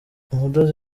umudozi